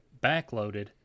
backloaded